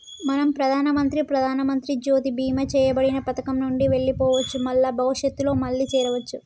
మనం ప్రధానమంత్రి ప్రధానమంత్రి జ్యోతి బీమా చేయబడిన పథకం నుండి వెళ్లిపోవచ్చు మల్ల భవిష్యత్తులో మళ్లీ చేరవచ్చు